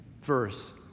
verse